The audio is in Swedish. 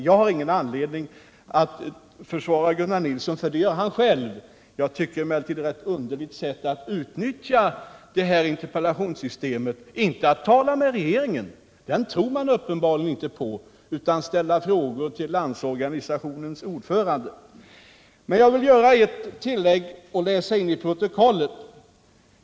Jag har ingen anledning att försvara Gunnar Nilsson, för det gör han själv. Jag tycker emellertid att det är ett rätt underligt sätt att utnyttja interpellationssystemet, inte för att tala med regeringen — den tror man uppenbarligen inte på — utan för att ställa frågor till Landsorganisationens ordförande. Det är ett tillägg som jag vill göra.